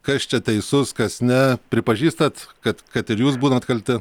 kas čia teisus kas ne pripažįstat kad kad ir jūs būnat kalti